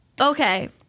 Okay